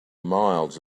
miles